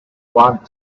want